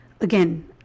again